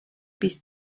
bis